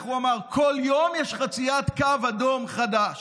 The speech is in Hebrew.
איך הוא אמר: כל יום יש חציית קו אדום חדש.